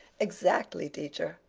exactly, teacher.